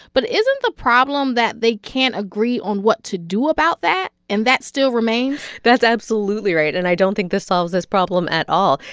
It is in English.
but isn't the problem that they can't agree on what to do about that? and that still remains that's absolutely right. and i don't think this solves this problem at all.